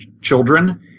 children